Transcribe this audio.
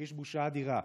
ומרגיש בושה אדירה.